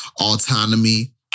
autonomy